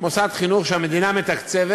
מוסד חינוך שהמדינה מתקצבת,